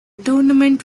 tournament